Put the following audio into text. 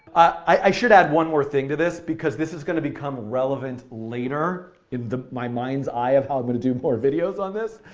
i should add one more thing to this because this is going to become relevant later in my mind's eye of how i'm going to do more videos on this.